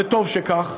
וטוב שכך.